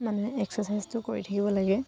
মানে এক্সাৰচাইজটো কৰি থাকিব লাগে